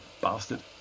Bastard